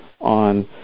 on